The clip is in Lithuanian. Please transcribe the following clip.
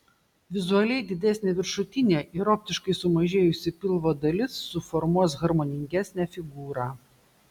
vizualiai didesnė viršutinė ir optiškai sumažėjusi pilvo dalis suformuos harmoningesnę figūrą